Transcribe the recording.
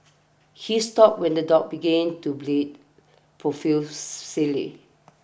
he stopped when the dog began to bleed profusely